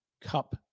Cup